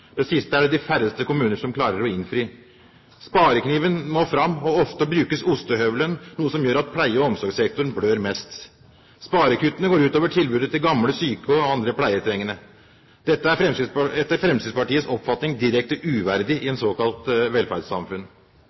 Det siste er det de færreste kommuner som klarer å innfri. Sparekniven må fram, og ofte brukes ostehøvelen, noe som gjør at pleie- og omsorgssektoren blør mest. Sparekuttene går ut over tilbudet til gamle syke og andre pleietrengende. Dette er etter Fremskrittspartiets oppfatning direkte uverdig i et såkalt velferdssamfunn.